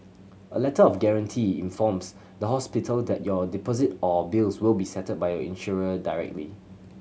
a Letter of Guarantee informs the hospital that your deposit or bills will be settled by your insurer directly